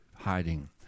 hiding